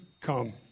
come